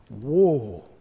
Whoa